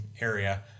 area